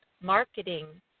marketing